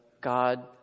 God